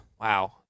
Wow